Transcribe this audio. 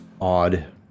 odd